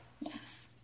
Yes